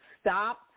stop